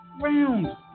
round